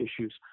issues